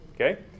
okay